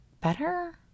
better